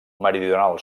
meridional